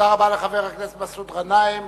תודה רבה לחבר הכנסת מסעוד גנאים.